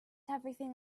everything